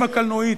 עם הקלנועית,